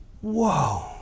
whoa